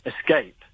escape